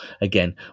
again